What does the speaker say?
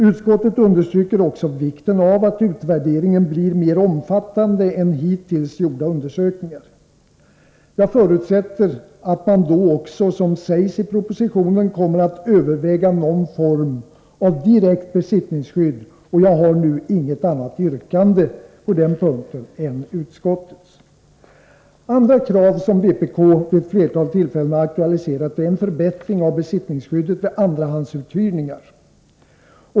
Utskottet understryker också vikten av att en sådan utvärdering blir mer omfattande än hittills gjorda undersökningar. Jag förutsätter att man då, som sägs i propositionen, kommer att överväga någon form av direkt besittningsskydd, och jag har inget ånnat yrkande på denna punkt än utskottets. Ett annat krav som vpk vid ett flertal tillfällen aktualiserat är kravet på en förbättring av besittningsskyddet vid andrahandsuthyrningar.